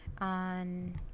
on